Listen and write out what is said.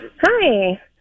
hi